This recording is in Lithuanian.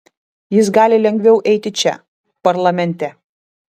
jis gali lengviau eiti čia parlamente